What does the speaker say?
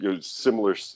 similar